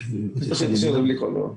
בשנת 2020 רשמנו 441 קנסות על ניקיון;